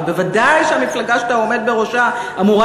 ובוודאי שהמפלגה שאתה עומד בראשה אמורה